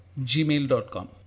gmail.com